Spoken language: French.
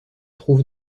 trouve